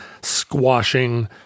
squashing